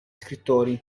scrittori